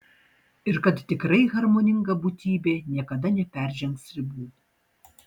ir kad tikrai harmoninga būtybė niekada neperžengs ribų